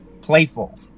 Playful